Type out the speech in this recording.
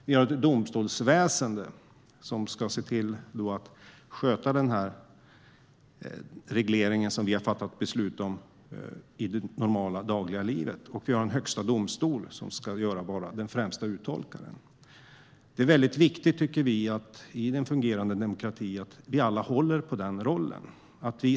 Vi har ett domstolsväsen som i det dagliga livet ska sköta den reglering som vi här har fattat beslut om, och vi har en högsta domstol som ska vara den främsta uttolkaren. Det är väldigt viktigt i en fungerande demokrati att vi alla håller på dessa roller.